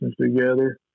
together